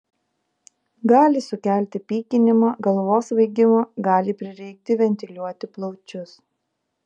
gali sukelti pykinimą galvos svaigimą gali prireikti ventiliuoti plaučius